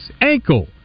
ankle